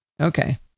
Okay